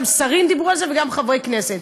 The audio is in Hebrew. גם שרים דיברו על זה וגם חברי כנסת.